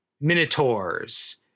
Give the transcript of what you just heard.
minotaurs